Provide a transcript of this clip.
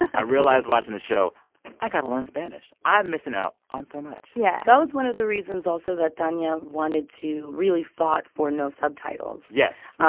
i realized watching the show i got to learn spanish. i'm missing out on so much yeah that was one of the reasons reasons also that tanya wanted to really fought for no subtitles. yes,